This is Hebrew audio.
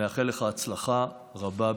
אני מאחל לך הצלחה רבה בשליחותך.